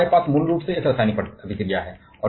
अब हमारे पास मूल रूप से एक रासायनिक प्रतिक्रिया है